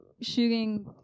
shooting